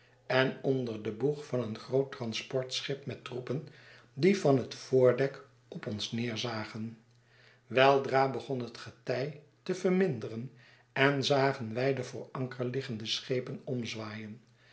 en onder den boeg van een groot transportschip met troepen die van het voordek op ons neerzagen weldra begon het getij te verminderen en zagen wij de voor anker liggende schepen omzwaaien